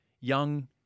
young